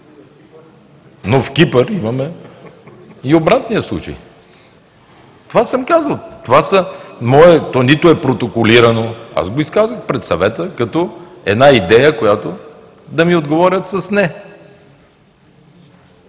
Но в Кипър имаме и обратния случай. Това съм казал. Това нито е протоколирано, аз го изказах пред Съвета като една идея, на която да ми отговорят с „не“.